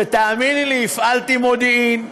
ותאמיני לי, הפעלתי מודיעין.